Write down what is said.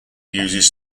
uses